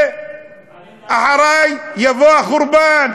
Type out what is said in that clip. ואחרי יבוא החורבן.